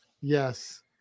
Yes